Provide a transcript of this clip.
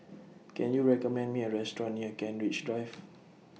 Can YOU recommend Me A Restaurant near Kent Ridge Drive